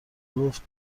گفت